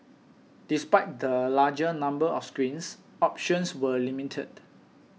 despite the larger number of screens options were limited